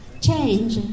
change